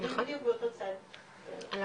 אנחנו בדיוק באותו צד, היה